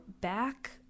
back